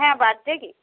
হ্যাঁ birthday gift